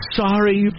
sorry